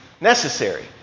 necessary